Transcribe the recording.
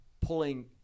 pulling